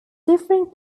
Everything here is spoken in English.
differing